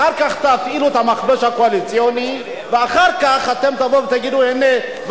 אחר כך תפעילו את המכבש הקואליציוני ואחר כך תבואו ותגידו: הנה,